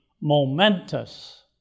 momentous